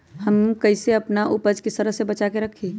हम कईसे अपना उपज के सरद से बचा के रखी?